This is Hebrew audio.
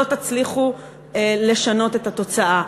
לא תצליחו לשנות את התוצאה.